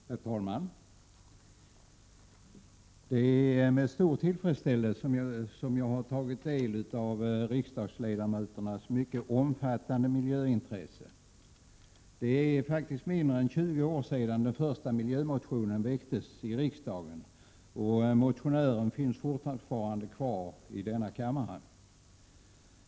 Herr talman! Det är med stor tillfredsställelse som jag har noterat riksdagsledamöternas mycket omfattande miljöintresse. Det är mindre än 20 år sedan den första miljömotionen väcktes i riksdagen, och motionären finns fortfarande kvar i kammaren.